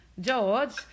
George